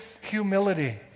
humility